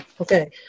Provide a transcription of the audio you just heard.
Okay